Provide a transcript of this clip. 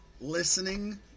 listening